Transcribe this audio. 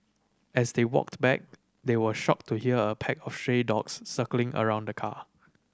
as they walked back they were shocked to here a pack of stray dogs circling around the car